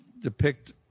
depict